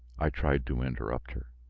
i tried to interrupt her.